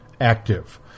active